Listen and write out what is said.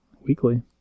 weekly